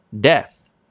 death